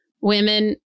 women